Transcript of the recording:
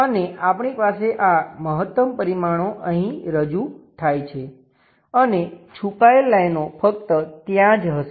અને આપણી પાસે આ મહત્તમ પરિમાણો અહીં રજૂ થાય છે અને છુપાયેલ લાઈનો ફક્ત ત્યાં જ હશે